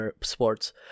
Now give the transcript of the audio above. sports